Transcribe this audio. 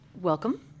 welcome